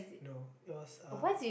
no it was uh